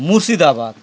Murshidabad